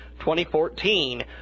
2014